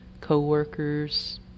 co-workers